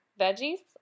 veggies